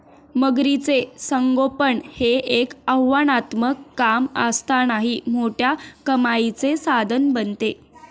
मगरीचे संगोपन हे एक आव्हानात्मक काम असतानाही मोठ्या कमाईचे साधन बनते